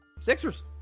sixers